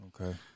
Okay